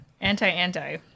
anti-anti